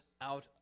out